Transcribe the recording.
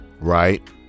right